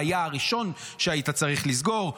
והיה הראשון שהיית צריך לסגור.